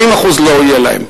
40% לא יהיה להם.